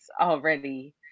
already